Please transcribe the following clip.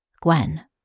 Gwen